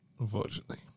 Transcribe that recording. Unfortunately